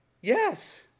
Yes